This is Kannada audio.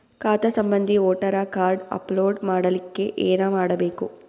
ಖಾತಾ ಸಂಬಂಧಿ ವೋಟರ ಕಾರ್ಡ್ ಅಪ್ಲೋಡ್ ಮಾಡಲಿಕ್ಕೆ ಏನ ಮಾಡಬೇಕು?